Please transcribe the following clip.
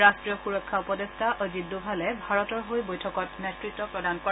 ৰাষ্ট্ৰীয় সুৰক্ষা উপদেষ্টা অজিত দোভালে ভাৰতৰ হৈ বৈঠকত নেতৃত্ব প্ৰদান কৰে